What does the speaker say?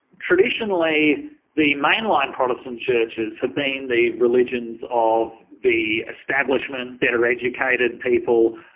traditionally the mainline protestant churches have been the religions of the establishment. better educated people,